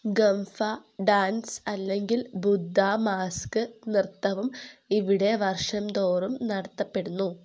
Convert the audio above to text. Gompa dance അല്ലെങ്കിൽ Buddha mask നൃത്തവും ഇവിടെ വർഷം തോറും നടത്തപ്പെടുന്നു